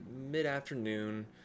mid-afternoon